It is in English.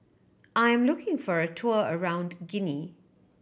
I'm looking for a tour around Guinea